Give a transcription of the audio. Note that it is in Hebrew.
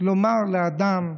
לומר לאדם: